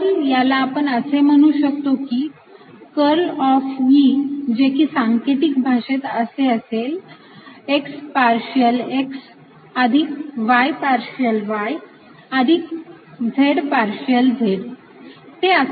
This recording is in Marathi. कर्ल याला आपण असे म्हणू शकतो की कर्ल ऑफ E जे की सांकेतिक भाषेत असे असेल x पार्शियल x अधिक y पार्शियल y अधिक z पार्शियल z